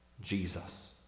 Jesus